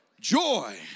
Joy